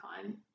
time